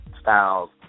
styles